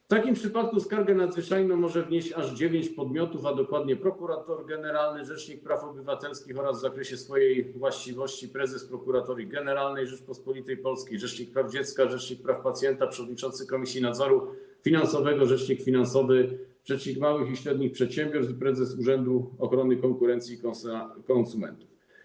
W takim przypadku skargę nadzwyczajną może wnieść aż dziewięć podmiotów, a dokładnie prokurator generalny, rzecznik praw obywatelskich oraz w zakresie swojej właściwości prezes Prokuratorii Generalnej Rzeczypospolitej Polskiej, rzecznik praw dziecka, rzecznik praw pacjenta, przewodniczący Komisji Nadzoru Finansowego, rzecznik finansowy, rzecznik małych i średnich przedsiębiorstw oraz prezes Urzędu Ochrony Konkurencji i Konsumentów.